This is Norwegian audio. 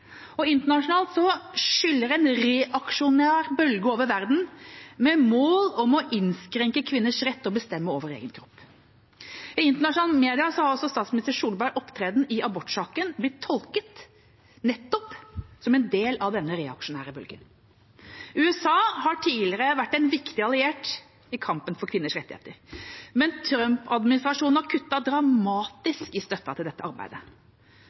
ukene. Internasjonalt skyller en reaksjonær bølge over verden, med mål om å innskrenke kvinners rett til å bestemme over egen kropp. I internasjonale media har statsminister Solbergs opptreden i abortsaken blitt tolket nettopp som en del av denne reaksjonære bølgen. USA har tidligere vært en viktig alliert i kampen for kvinners rettigheter. Men Trump-administrasjonen har kuttet dramatisk i støtten til dette arbeidet.